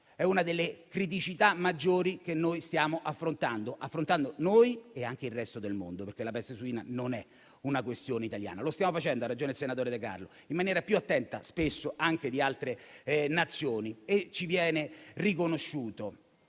è una delle criticità maggiori che stiamo affrontando, come la sta affrontando il resto del mondo, perché la peste suina non è una questione italiana. Lo stiamo facendo - ha ragione il senatore De Carlo - spesso in maniera più attenta anche di altre Nazioni e questo ci viene riconosciuto.